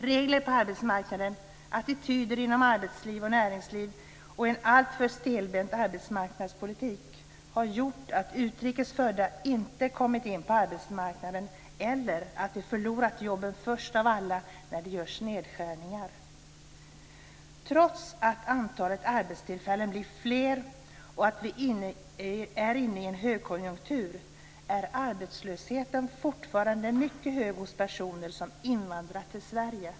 Regler på arbetsmarknaden, attityder inom arbetsliv och näringsliv och en alltför stelbent arbetsmarknadspolitik har gjort att utrikes födda inte kommit in på arbetsmarknaden eller att de förlorat jobben först av alla när det gjorts nedskärningar. Trots att antalet arbetstillfällen blir fler och vi är inne i en högkonjunktur är arbetslösheten fortfarande mycket hög hos personer som invandrat till Sverige.